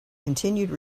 continued